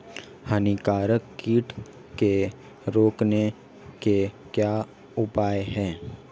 हानिकारक कीट को रोकने के क्या उपाय हैं?